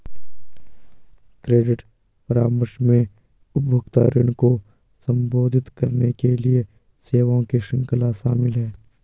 credit परामर्श में उपभोक्ता ऋण को संबोधित करने के लिए सेवाओं की श्रृंखला शामिल है